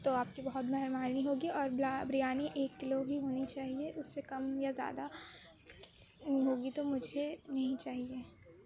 تو آپ کی بہت مہربانی ہوگی اور بریانی ایک کلو ہی ہونی چاہیے اس سے کم یا زیادہ ہوگی تو مجھے نہیں چاہیے